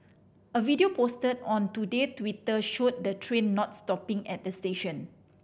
a video posted on Today Twitter showed the train not stopping at the station